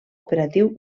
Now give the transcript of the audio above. operatiu